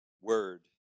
word